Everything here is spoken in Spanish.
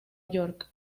york